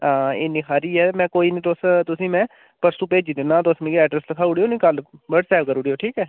हां इन्नी सारी ऐ में कोई निं तुस तुसें ई में परसों भेज्जी दिन्नां तुस मिकी ऐडरैस्स लखाई ओडेओ निं कल व्हाट्सऐप करी ओडे़ओ ठीक ऐ